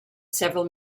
several